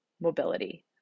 mobility